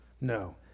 No